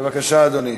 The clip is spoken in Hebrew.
בבקשה, אדוני.